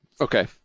Okay